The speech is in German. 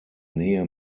nähe